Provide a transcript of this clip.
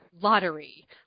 lottery